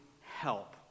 help